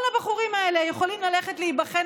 כל הבחורים האלה יכולים ללכת להיבחן